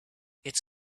it’s